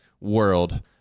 world